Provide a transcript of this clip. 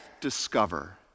discover